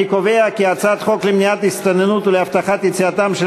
חוק למניעת הסתננות ולהבטחת יציאתם של